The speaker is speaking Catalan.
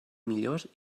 millors